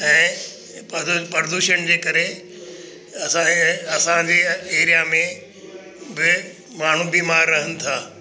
ऐं पदू प्रदूषण जे करे असांजे असांजी एरिया में बि माण्हू बीमार रहनि था